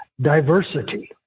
diversity